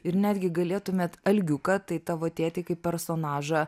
ir netgi galėtumėt algiuką tai tavo tėtį kaip personažą